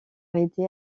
aider